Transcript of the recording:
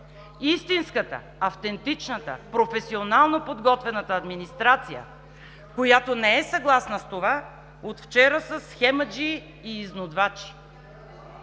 Истинската, автентичната, професионално подготвената администрация, която не е съгласна с това, от вчера са схемаджии и изнудвачи.